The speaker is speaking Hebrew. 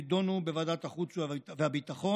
יידונו בוועדת החוץ והביטחון,